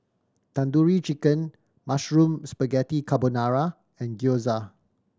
Tandoori Chicken Mushroom Spaghetti Carbonara and Gyoza